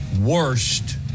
worst